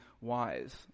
wise